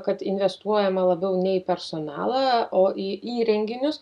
kad investuojama labiau ne į personalą o į įrenginius